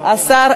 בשביל